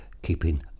keeping